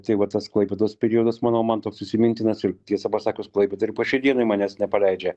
tai vat tas klaipėdos periodas manau man toks įsimintinas ir tiesą pasakius klaipėda ir po šiai dienai manęs nepaleidžia